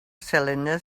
cylinder